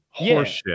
Horseshit